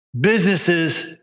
businesses